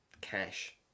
cash